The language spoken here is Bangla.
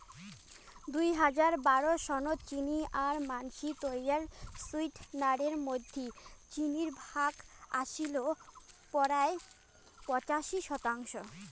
দুই হাজার বারো সনত চিনি আর মানষি তৈয়ার সুইটনারের মধ্যি চিনির ভাগ আছিল পরায় পঁচাশি শতাংশ